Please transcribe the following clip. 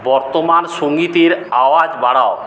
বর্তমান সঙ্গীতের আওয়াজ বাড়াও